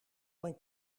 mijn